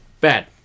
Bad